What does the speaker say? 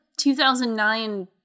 2009